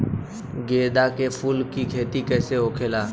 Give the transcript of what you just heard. गेंदा के फूल की खेती कैसे होखेला?